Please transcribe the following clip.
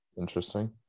interesting